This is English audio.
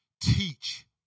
teach